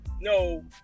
no